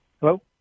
Hello